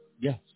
Yes